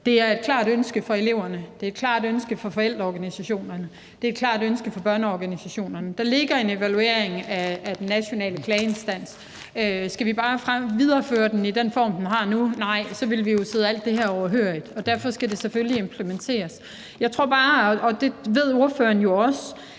det er et klart ønske fra forældreorganisationerne, det er et klart ønske fra børneorganisationerne. Der ligger en evaluering af den nationale klageinstans, og skal vi bare videreføre den i den form, den har nu? Nej, for så ville vi jo sidde alt det her overhørig, og derfor skal det selvfølgelig implementeres. Jeg tror bare ikke, og